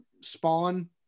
spawn